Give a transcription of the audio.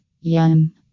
yum